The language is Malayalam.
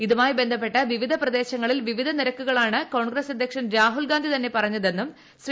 ഇതുമായി ബന്ധപ്പെട്ട് വിവിധ പ്രദേശങ്ങളിൽ വിവിധ നിരക്കുകളാണ് കോൺഗ്രസ് അദ്ധ്യക്ഷൻ രാഹുൽഗാന്ധി തന്നെ പറഞ്ഞതെന്നും ശ്രീ